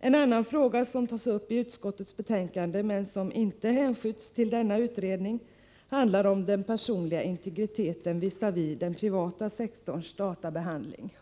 En annan fråga som tas upp i utskottets betänkande men som inte hänskjuts till utredningen, handlar om den personliga integriteten visavi den privata sektorns databehandling.